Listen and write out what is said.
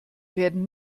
werden